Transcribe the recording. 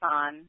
on